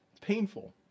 Painful